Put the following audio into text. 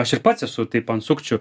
aš ir pats esu taip ant sukčių